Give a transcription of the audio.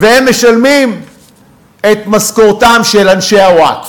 והם משלמים את משכורותיהם של אנשי הווקף.